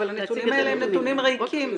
אבל הנתונים האלה הם נתונים ריקים.